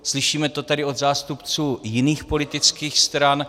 Slyšíme to tady od zástupců jiných politických stran.